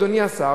אדוני השר,